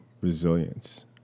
resilience